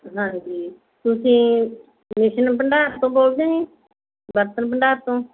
ਹਾਂਜੀ ਤੁਸੀਂ ਕ੍ਰਿਸ਼ਨ ਭੰਡਾਰ ਤੋਂ ਬੋਲਦੇ ਜੀ ਬਰਤਨ ਭੰਡਾਰ ਤੋਂ